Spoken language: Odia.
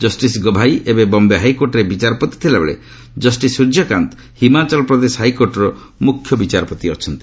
ଜଷ୍ଟିସ ଗଭାଇ ଏବେ ବମ୍ବେ ହାଇକୋର୍ଟରେ ବିଚାରପତି ଥିବାବେଳେ ଜଷ୍ଟିସ ସୂର୍ଯ୍ୟକାନ୍ତ ହିମାଚଳ ପ୍ରଦେଶ ହାଇକୋର୍ଟର ମୁଖ୍ୟ ବିଚାରପତି ଅଛନ୍ତି